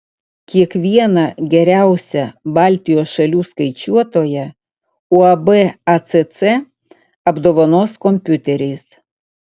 kiekvieną geriausią baltijos šalių skaičiuotoją uab acc apdovanos kompiuteriais